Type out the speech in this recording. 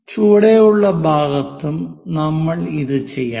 ചുവടെയുള്ള ഭാഗത്തും നമ്മൾ ഇത് ചെയ്യണം